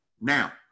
Now